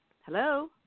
Hello